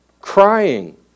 crying